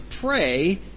pray